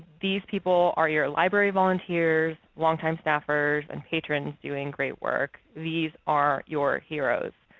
these people are your library volunteers, long-time staffers and patrons doing great work. these are your heroes.